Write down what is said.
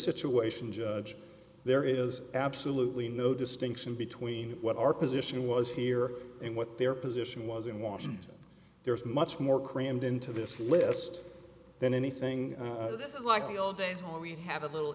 situation judge there is absolutely no distinction between what our position was here and what their position was in washington there is much more crammed into this list than anything this is like the old days where we'd have a little